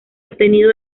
obtenido